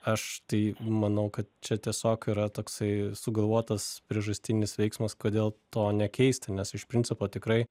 aš tai manau kad čia tiesiog yra toksai sugalvotas priežastinis veiksmas kodėl to nekeisti nes iš principo tikrai